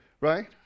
Right